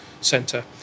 centre